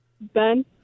Ben